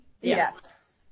Yes